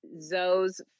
Zoe's